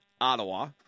Ottawa